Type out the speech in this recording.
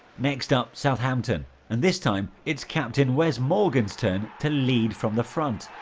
next up southampton and this time, it's captain wes morgan's turn to lead from the front.